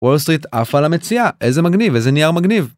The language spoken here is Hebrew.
וול סטריט עף על המציאה, איזה מגניב, איזה נייר מגניב.